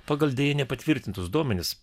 pagal nepatvirtintus duomenis